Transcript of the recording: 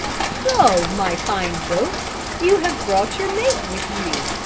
so my fine goat, you have brought your mate with you?